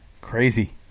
crazy